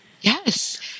Yes